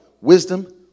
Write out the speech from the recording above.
wisdom